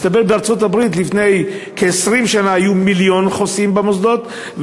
מסתבר שבארצות-הברית לפני כ-20 שנה היו מיליון חוסים במוסדות,